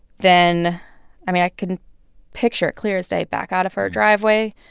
then i mean, i can picture it clear as day. back out of her driveway,